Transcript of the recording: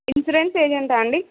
insurance ఏజెంటా అండి